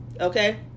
okay